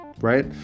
right